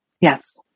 Yes